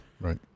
Right